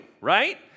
right